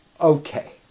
Okay